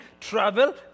travel